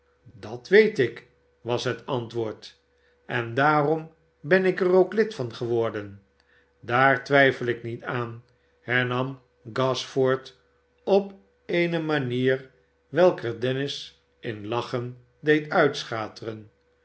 dat weet ik was het antwoord en daarom ben ik er k lid van geworden daar twijfel ik niet aan hernam gashford op eene manier welke dennis in lachen deed uitschateren